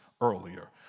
earlier